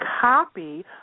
copy